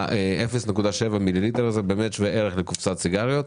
ה-0.7 מיליליטר באמת שווה ערך לקופסת סיגריות.